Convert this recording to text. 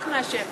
רק מהשמש.